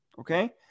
Okay